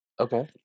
okay